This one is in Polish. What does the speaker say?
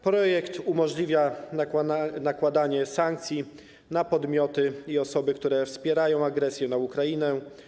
Projekt umożliwia nakładanie sankcji na podmioty i osoby, które wspierają agresję na Ukrainę.